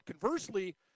conversely